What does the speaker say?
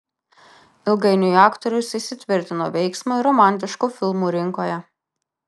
ilgainiui aktorius įsitvirtino veiksmo ir romantiškų filmų rinkoje